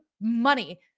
money